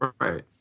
Right